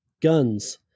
guns